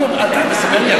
אתה מספר לי על אבא שלי?